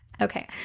Okay